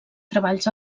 treballs